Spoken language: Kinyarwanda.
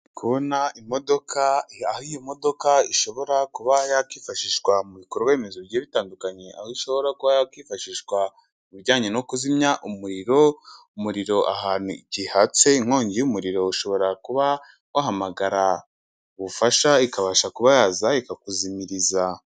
Kubona imodoka aho iyi modoka ishobora kuba yakwifashishwa mu bikorwaremezo bigiye bitandukanye aho ishobora kuba yakifashishwa mu ibijyanye no kuzimya umuriro, umuriro ahantu igihe hatse inkongi y'umuriro, ushobora kuba wahamagara ubufasha, ikabasha kuba yaza ikakuzimiriza.